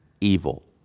evil